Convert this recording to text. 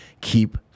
keep